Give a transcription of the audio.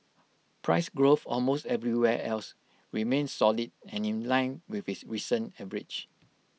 price growth almost everywhere else remained solid and in line with its recent average